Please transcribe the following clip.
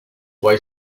way